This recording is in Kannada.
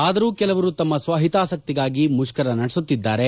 ಆದರೂ ಕೆಲವರು ತಮ್ಮ ಸ್ವಹಿತಾಸಕ್ತಿಗಾಗಿ ಮುಷ್ಕರ ನಡೆಸುತ್ತಿದ್ದಾರೆ